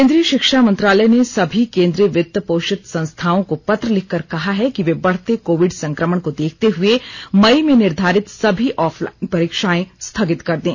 केन्द्रीय शिक्षा मंत्रालय ने सभी केन्द्रीय वित्त पोषित संस्थाओं को पत्र लिखकर कहा है कि वे बढ़ते कोविड संक्रमण को देखते हए मई में निर्धारित सभी ऑफलाइन परीक्षाएं स्थगित कर दें